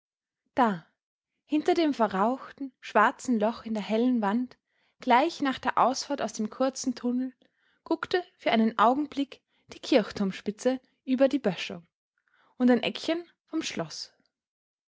da hinter dem verrauchten schwarzen loch in der hellen wand gleich nach der ausfahrt aus dem kurzen tunnel guckte für einen augenblick die kirchturmspitze über die böschung und ein eckchen vom schloß